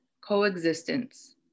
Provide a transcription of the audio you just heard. coexistence